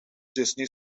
disney